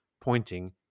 pointing